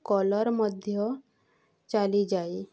colour ମଧ୍ୟ ଚାଲିଯାଏ